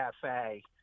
Cafe